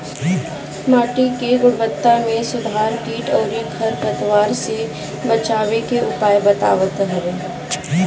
माटी के गुणवत्ता में सुधार कीट अउरी खर पतवार से बचावे के उपाय बतावत हवे